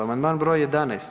Amandman broj 11.